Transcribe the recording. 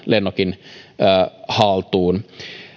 lennokin haltuun